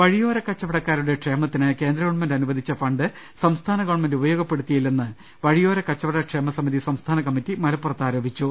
വഴിയോര കച്ചവടക്കാരുടെ ക്ഷേമത്തിന് കേന്ദ്ര ഗവൺമെന്റ് അനു വദിച്ച ഫണ്ട് സംസ്ഥാന ഗവൺമെന്റ് ഉപയോഗപ്പെടുത്തിയില്ലെന്ന് വഴി യോര കച്ചവട ക്ഷേമസമിതി സംസ്ഥാന കമ്മിറ്റി മലപ്പുറത്ത് ആരോപി ച്ചു